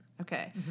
Okay